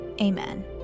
Amen